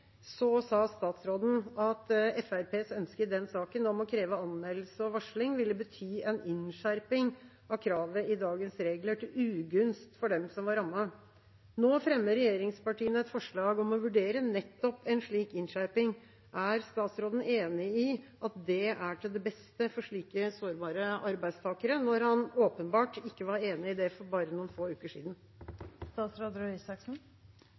sa statsråden at Fremskrittspartiets ønske om å kreve anmeldelse og varsling ville bety en innskjerping av kravet i dagens regler til ugunst for dem som var rammet. Nå fremmer regjeringspartiene et forslag om å vurdere nettopp en slik innskjerping. Er statsråden enig i at det er til det beste for slike sårbare arbeidstakere, når han åpenbart ikke var enig i det for bare noen få uker